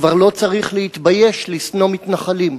כבר לא צריך להתבייש לשנוא מתנחלים.